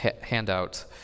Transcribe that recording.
handout